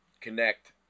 Connect